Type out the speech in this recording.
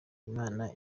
imana